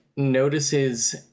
notices